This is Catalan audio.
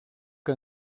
que